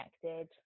connected